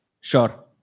Sure